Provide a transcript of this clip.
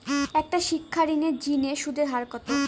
একটা শিক্ষা ঋণের জিনে সুদের হার কত?